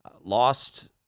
Lost